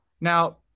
now